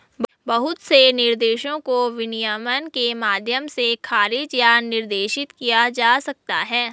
बहुत से निर्देशों को विनियमन के माध्यम से खारिज या निर्देशित किया जा सकता है